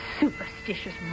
superstitious